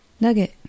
Nugget